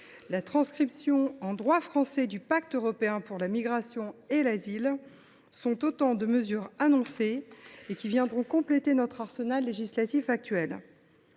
la transcription en droit français du Pacte européen pour la migration et l’asile, sont autant de mesures annoncées qui compléteront notre arsenal législatif.